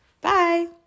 Bye